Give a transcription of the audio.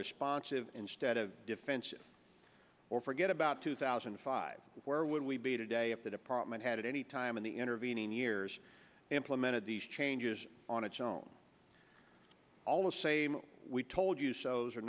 responsive instead of defensive or forget about two thousand and five where would we be today if the department had anytime in the intervening years implemented these changes on its own all the same we told you so's